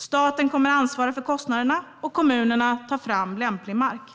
Staten kommer att ansvara för kostnaderna, och kommunerna tar fram lämplig mark. Projektet